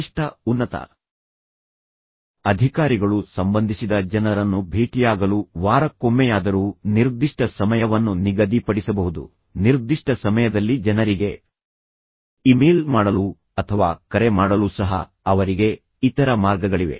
ಕನಿಷ್ಠ ಉನ್ನತ ಅಧಿಕಾರಿಗಳು ಸಂಬಂಧಿಸಿದ ಜನರನ್ನು ಭೇಟಿಯಾಗಲು ವಾರಕ್ಕೊಮ್ಮೆಯಾದರೂ ನಿರ್ದಿಷ್ಟ ಸಮಯವನ್ನು ನಿಗದಿಪಡಿಸಬಹುದು ನಿರ್ದಿಷ್ಟ ಸಮಯದಲ್ಲಿ ಜನರಿಗೆ ಇಮೇಲ್ ಮಾಡಲು ಅಥವಾ ಕರೆ ಮಾಡಲು ಸಹ ಅವರಿಗೆ ಇತರ ಮಾರ್ಗಗಳಿವೆ